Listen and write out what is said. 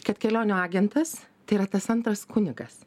kad kelionių agentas tai yra tas antras kunigas